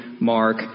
Mark